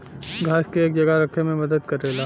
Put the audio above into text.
घास के एक जगह रखे मे मदद करेला